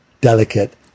delicate